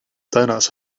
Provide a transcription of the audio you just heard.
doughnuts